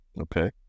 Okay